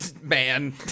man